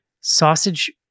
sausage